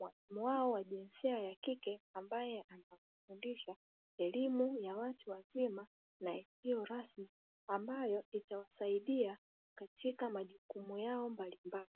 mwalimu wao wa jinsia ya kike ambaye anafundisha elimu ya watu wazima na isiyo rasmi ambayo itawasaidia katika majukumu yao mbalimbali.